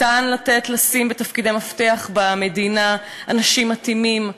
ניתן לשים בתפקידי מפתח במדינה אנשים מתאימים,